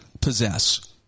possess